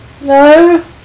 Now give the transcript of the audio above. No